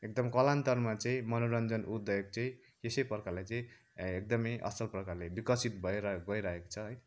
एकदम कालान्तरमा चाहिँ मनोरञ्जन उद्योग चाहिँ यसै प्रकारले चाहिँ एकदमै असल प्रकारले विकसित भएर गइराको छ है